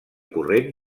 corrent